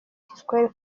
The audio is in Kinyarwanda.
giswahili